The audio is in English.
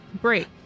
Great